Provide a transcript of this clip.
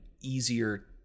easier